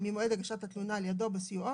ממועד הגשת התלונה על ידו או בסיועו,